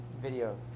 video